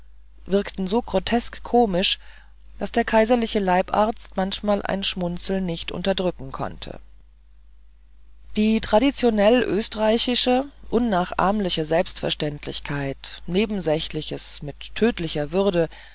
wirkte so grotesk komisch daß der kaiserliche leibarzt manchmal ein schmunzeln nicht unterdrücken konnte die traditionell österreichische unnachahmliche selbstverständlichkeit nebensächliches mit tödlicher würde